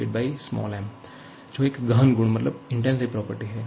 uUm जो एक गहन गुण है